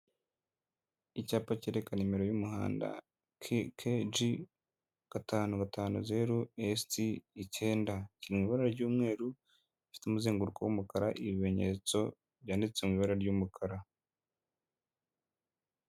Icyapa cyerekana nimero y'umuhanda KKG gatanu gatanu zeru st icyenda, kiri mu ibara ry'umweru gifite umuzenguruko w'umukara, ibimenyetso byanditse mu ibara ry'umukara.